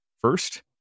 first